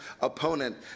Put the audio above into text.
opponent